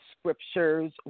scriptures